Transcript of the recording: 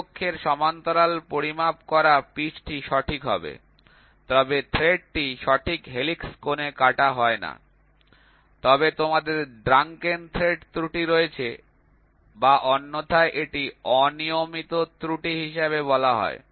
thread অক্ষের সমান্তরাল পরিমাপ করা পিচটি সঠিক হবে তবে থ্রেডটি সঠিক হেলিক্স কোণে কাটা হয় না তবে তোমাদের ড্রাঙ্কেন থ্রেড ত্রুটি রয়েছে বা অন্যথায় এটি অনিয়মিত ত্রুটি হিসাবে বলা হয়